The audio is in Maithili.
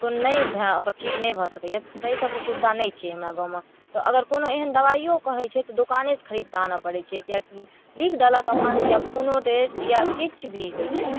तऽ ओ नहि भए ओकर ठीक नहि भऽ सकै यऽ तै सबके सुविधा नहि छै हमरा गाममे तऽ अगर कोनो एहन दबाइयो कहै छै दोकानेसँ खरीद कऽ आनऽ पड़ै छै किएक कि लिखि देलक अपन या खूनो टेस्ट या किछु भी होइ छै